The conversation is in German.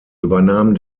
übernahm